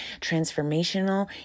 transformational